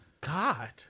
God